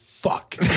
Fuck